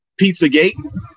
Pizzagate